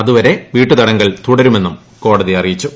അതുവരെ വീട്ടുതടങ്കൽ തുടരുമെന്നും കോടതി അറിയിച്ചു